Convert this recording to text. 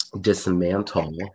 dismantle